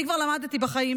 אני כבר למדתי בחיים,